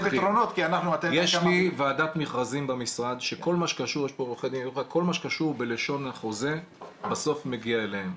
יש לי ועדת מכרזים במשרד שכל מה שקשור בלשון החוזה בסוף מגיע אליהם.